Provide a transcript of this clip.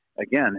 again